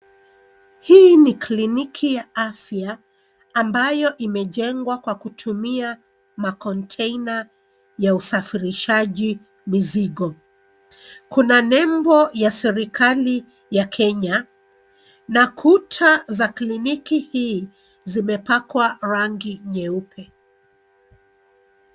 Hi ni kliniki ya afya, ambayo imejengwa kwa kutumia makontaina ya usafirishaji mizigo. Kuna nebo ya serikali ya Kenya, na kuta za kliniki hii zimepakwa rangi nyeupe.